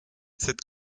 cette